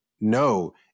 no